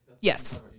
Yes